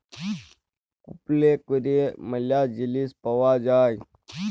কুপলে ক্যরে ম্যালা জিলিস পাউয়া যায়